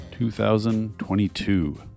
2022